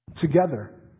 Together